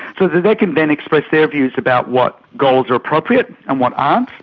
so they can then express their views about what goals are appropriate and what aren't,